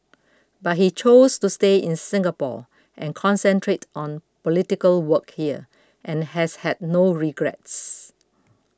but he chose to stay in Singapore and concentrate on political work here and has had no regrets